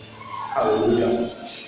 Hallelujah